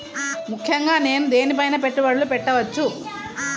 ముఖ్యంగా నేను దేని పైనా పెట్టుబడులు పెట్టవచ్చు?